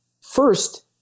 first